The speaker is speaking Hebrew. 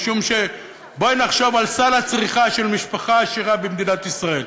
משום שבואי נחשוב על סל הצריכה של משפחה עשירה במדינת ישראל,